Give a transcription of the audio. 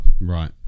Right